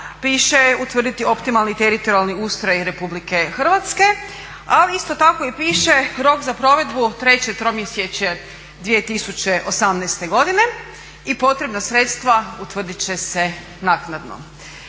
piše utvrditi optimalni teritorijalni ustroj Republike Hrvatske, ali isto tako i piše rok za provedbu treće tromjesečje 2018. godine i potrebna sredstva utvrdit će se naknadno.